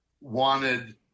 wanted